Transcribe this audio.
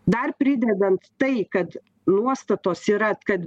dar pridedant tai kad nuostatos yra kad